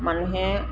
মানুহে